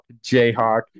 Jayhawk